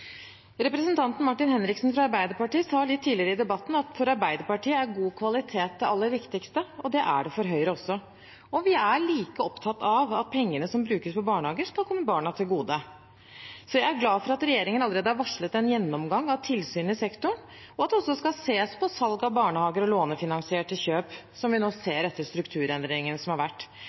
Representanten Martin Henriksen, fra Arbeiderpartiet, sa litt tidligere i debatten at for Arbeiderpartiet er god kvalitet det aller viktigste. Det er det for Høyre også, og vi er like opptatt av at pengene som brukes på barnehager, skal komme barna til gode. Så jeg er glad for at regjeringen allerede har varslet en gjennomgang av tilsyn i sektoren, og at det også skal ses på salg av barnehager og lånefinansierte kjøp, som vi nå ser etter strukturendringen som har vært.